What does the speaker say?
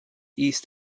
east